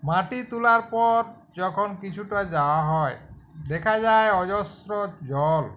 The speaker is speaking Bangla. মাটি তুলার পর যখন কিছুটা যাওয়া হয় দেখা যায় অজস্র জল